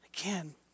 Again